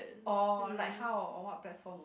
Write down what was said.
or like how on what platform